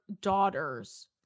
daughters